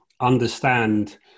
understand